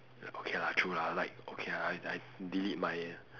okay lah true lah like okay I I delete my